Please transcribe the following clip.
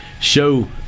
show